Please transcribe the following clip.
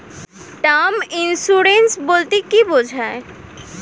Term insurance বলতে কী বোঝায়?